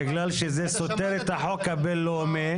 בגלל שזה סותר את החוק הבין-לאומי,